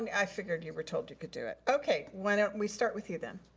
i figured you were told you could do it. okay, why don't we start with you then?